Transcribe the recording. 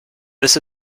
this